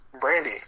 Brandy